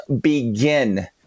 begin